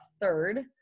third